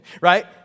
right